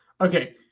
Okay